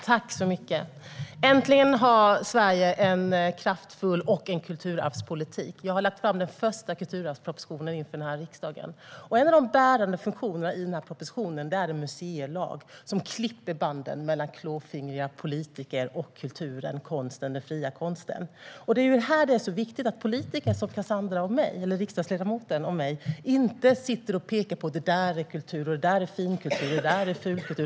Herr talman! Äntligen har Sverige en kraftfull kulturarvspolitik. Jag har lagt fram den första kulturarvspropositionen här i riksdagen. En av de bärande funktionerna i denna proposition är en museilag, som klipper banden mellan klåfingriga politiker och kulturen och den fria konsten. Här är det viktigt att politiker som riksdagsledamoten och jag inte sitter och pekar: Det där är kultur; det där är finkultur och det där är fulkultur.